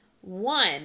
One